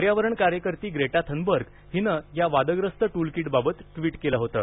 पर्यावरण कार्यकर्ती Greta Thunberg हिनं या वादग्रस्त टूलकिटबाबत ट्वीट केलं होतं